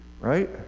right